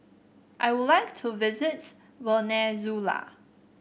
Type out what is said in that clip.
I would like to visit Venezuela